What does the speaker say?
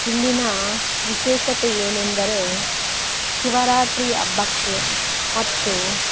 ಇಲ್ಲಿನ ವಿಶೇಷತೆ ಏನೆಂದರೆ ಶಿವರಾತ್ರಿ ಹಬ್ಬಕ್ಕೆ ಮತ್ತು